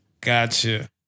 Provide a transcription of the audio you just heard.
Gotcha